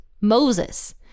Moses